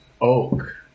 Oak